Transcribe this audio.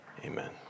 amen